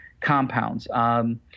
compounds